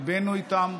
ליבנו איתם,